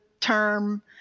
term